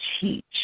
teach